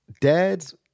dad's